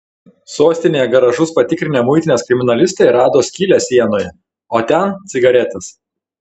sostinėje garažus patikrinę muitinės kriminalistai rado skylę sienoje o ten cigaretės